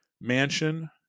mansion